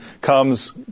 comes